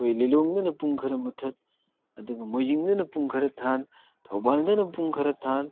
ꯑꯩꯈꯣꯏ ꯂꯤꯂꯣꯡꯗꯅ ꯄꯨꯡ ꯈꯔ ꯃꯨꯊꯠ ꯑꯗꯨꯒ ꯃꯣꯏꯖꯤꯡꯗꯅ ꯄꯨꯡ ꯈꯔ ꯊꯥꯟ ꯊꯧꯕꯥꯟꯗꯅ ꯄꯨꯡ ꯈꯔ ꯊꯥꯟ